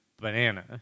banana